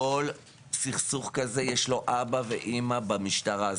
כל סכסוך כזה יש לו אבא ואמא במשטרה.